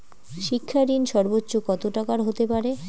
শিক্ষা ঋণ সর্বোচ্চ কত টাকার হতে পারে?